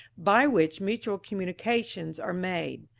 by which mutual communications are made,